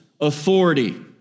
authority